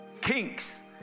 Kinks